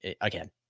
again